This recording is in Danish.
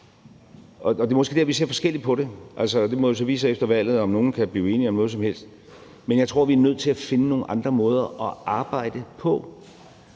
og det er måske der, vi ser forskelligt på det. Det må jo så vise sig efter valget, om nogen kan blive enige om noget som helst. Men jeg tror, vi er nødt til at finde nogle andre måder at arbejde på.